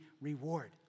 reward